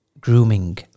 grooming